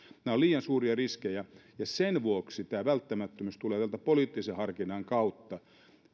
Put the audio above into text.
nämä ovat liian suuria riskejä ja sen vuoksi tämä välttämättömyys tulee täältä poliittisen harkinnan kautta